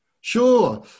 Sure